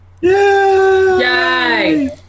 Yay